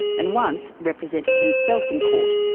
and once represented himself in court.